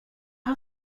har